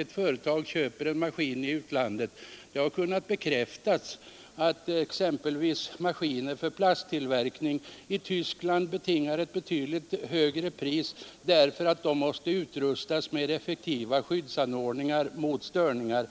ett företag har köpt en maskin i utlandet. Det har bekräftats att t.ex. maskiner för plasttillverkning betingar ett högre pris för användning i Tyskland, därför att de där måste utrustas med effektiva skyddsanordningar mot störningar.